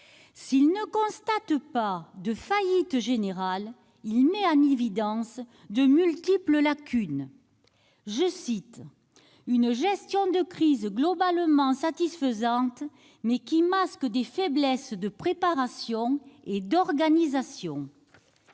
S'il ne constate pas de faillite générale, il met en évidence de multiples lacunes, évoquant « une gestion de crise globalement satisfaisante mais qui masque des faiblesses de préparation et d'organisation ».